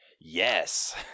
Yes